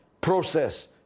process